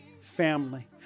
family